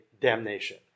damnation